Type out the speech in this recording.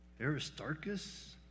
Aristarchus